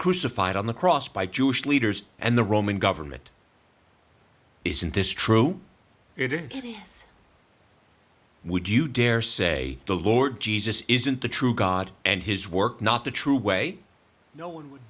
crucified on the cross by jewish leaders and the roman government isn't this true would you dare say the lord jesus isn't the true god and his work not the true way no o